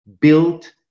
built